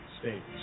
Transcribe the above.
states